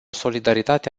solidaritate